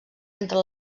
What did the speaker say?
entre